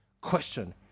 question